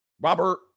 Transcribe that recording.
Robert